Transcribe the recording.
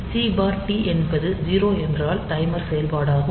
C D என்பது 0 என்றால் timer செயல்பாடாகும்